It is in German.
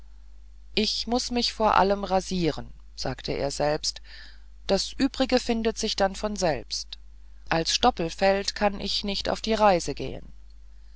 ich muß mich vor allem rasieren sagte er selbst das übrige findet sich dann von selbst als stoppelfeld kann ich nicht auf die reise gehen